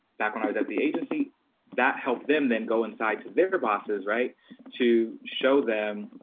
back when i was at the agency that helped them then go inside to their bosses right to show them.